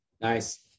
Nice